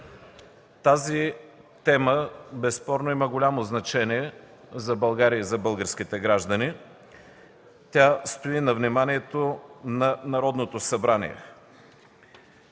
Тази тема безспорно има голямо значение за България и за българските граждани. Тя стои на вниманието на Народното събрание.